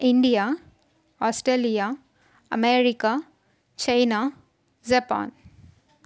India Australia America China Japan